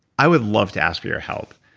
i would love to ask for your help.